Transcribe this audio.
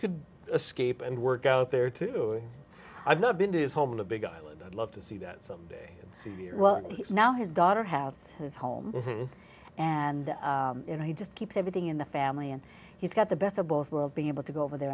could escape and work out there to i've not been to his home of the big island i'd love to see that someday soon well he's now his daughter has his home and he just keeps everything in the family and he's got the best of both worlds being able to go over there